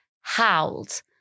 howled